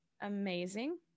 amazing